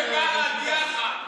אתם וגלנט יחד,